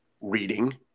reading